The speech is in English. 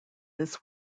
this